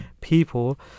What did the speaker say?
people